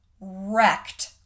wrecked